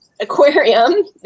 aquarium